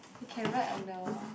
you can write on the